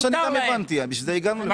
מכבד אותם.